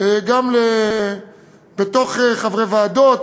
גם בתוך חברי ועדות,